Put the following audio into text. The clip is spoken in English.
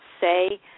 say